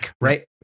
right